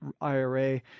IRA